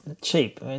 cheap